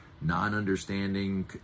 non-understanding